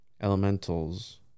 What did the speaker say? elementals